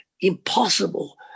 impossible